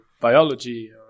biology